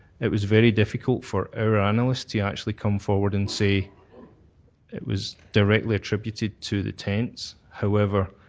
it was very difficult for our analysts yeah actually come forward and say it was directly attributed to the tents. however,